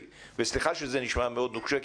סליחה שזה נשמע מאוד נוקשה,